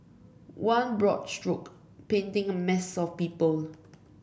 one broad stroke painting a mass of people